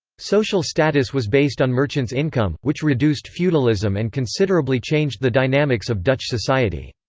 social status was based on merchants' income, which reduced feudalism and considerably changed the dynamics of dutch society.